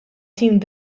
tim